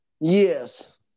Yes